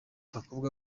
abakobwa